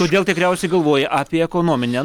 todėl tikriausiai galvoja apie ekonominę